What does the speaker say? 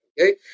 Okay